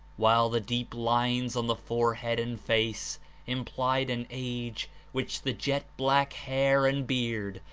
while the deep lines on the forehead and face implied an age which the jet black hair and beard,